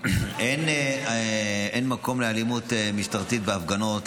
אין מקום לאלימות משטרתית בהפגנות,